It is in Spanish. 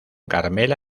carmela